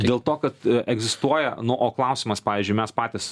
dėl to kad egzistuoja nu o klausimas pavyzdžiui mes patys